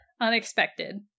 Unexpected